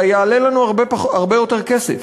אלא יעלה לנו הרבה יותר כסף,